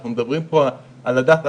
אנחנו מדברים פה על הדת,